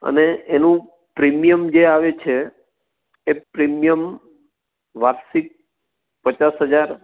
અને એનું પ્રીમિયમ જે આવે છે એ પ્રીમિયમ વાર્ષિક પચાસ હજાર